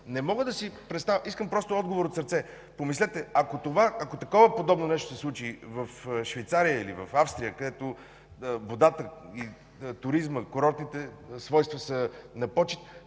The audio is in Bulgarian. Не мога да си представя – искам просто отговор от сърце. Помислете: ако подобно нещо се случи в Швейцария или в Австрия, където водата, туризмът, курортите са на почит,